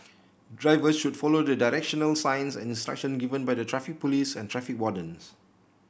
drivers should follow the directional signs and instruction given by the Traffic Police and traffic wardens